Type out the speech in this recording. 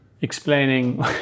explaining